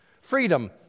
freedom